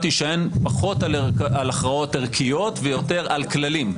יישען פחות על הכרעות ערכיות ויותר על כללים.